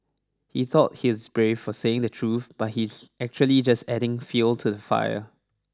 he thought he's brave for saying the truth but he's actually just adding fuel to the fire